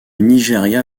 nigeria